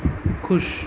ख़ुशि